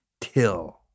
till